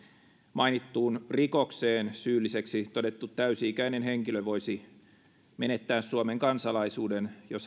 mainittuun rikokseen syylliseksi todettu täysi ikäinen henkilö voisi menettää suomen kansalaisuuden jos